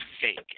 fake